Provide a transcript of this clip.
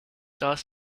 das